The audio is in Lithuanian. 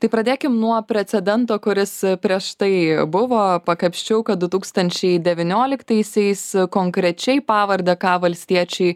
tai pradėkim nuo precedento kuris prieš tai buvo pakapsčiau kad du tūkstančiai devynioliktaisiais konkrečiai pavardę ką valstiečiai